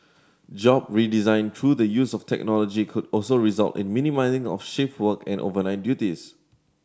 job redesign through the use of technology could also result in minimising of shift work and overnight duties